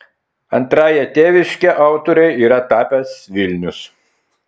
antrąja tėviške autorei yra tapęs vilnius